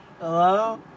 Hello